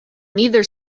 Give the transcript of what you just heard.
neither